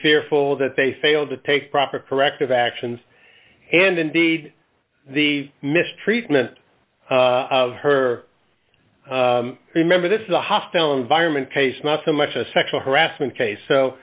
fearful that they failed to take proper corrective actions and indeed the mistreatment of her remember this is a hostile environment case not so much a sexual harassment case so